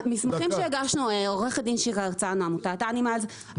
המסמכים שהגשנו, עו"ד שירה הרצנו עמותת אנימלס.